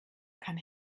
kann